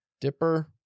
Dipper